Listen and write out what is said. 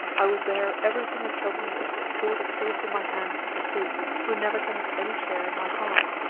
i will bear every thing that shall be short of forcing my hand into his who never can have any share in my heart.